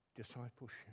discipleship